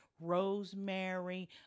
rosemary